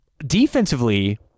defensively